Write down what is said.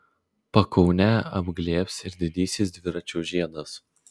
pakaunę apglėbs ir didysis dviračių žiedas